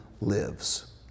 lives